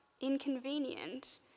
inconvenient